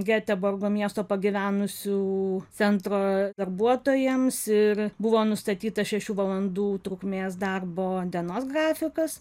geteborgo miesto pagyvenusių centro darbuotojams ir buvo nustatytas šešių valandų trukmės darbo dienos grafikas